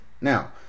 Now